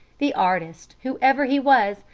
the artist, whoever he was,